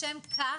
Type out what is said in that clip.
לשם כך,